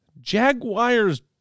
Jaguars